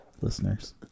listeners